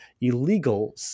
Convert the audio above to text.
illegal